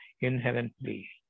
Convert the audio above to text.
inherently